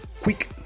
quick